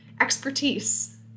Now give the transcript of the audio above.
expertise